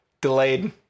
Delayed